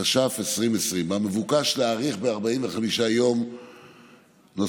התש"ף 2020, המבקשת להאריך ב-45 יום נוספים,